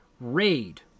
Raid